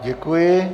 Děkuji.